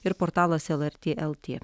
ir portalas lrt lt